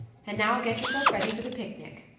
and now get yourself ready for the picnic.